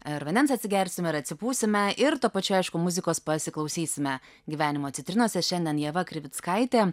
ir vandens atsigersim ir atsipūsime ir tuo pačiu aišku muzikos pasiklausysime gyvenimo citrinose šiandien ieva krivickaitė